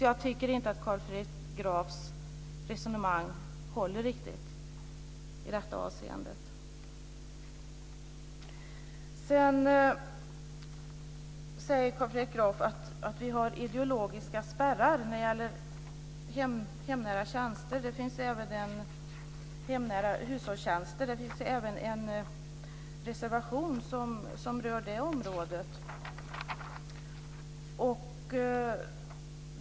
Jag tycker alltså inte att Carl Fredrik Grafs resonemang håller riktigt i detta avseende. Carl Fredrik Graf säger vidare att vi har ideologiska spärrar mot hemnära tjänster. Det finns även hemnära hushållstjänster, och det området berörs i en reservation.